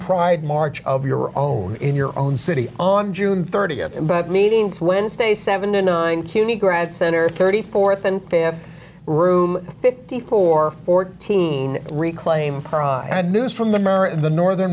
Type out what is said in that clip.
pride march of your own in your own city on june thirtieth but meetings wednesday seven to nine cuny grads center thirty fourth and fifth room fifty four fourteen reclaim her and news from them or the northern